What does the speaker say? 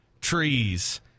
trees